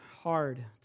hard